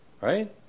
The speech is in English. right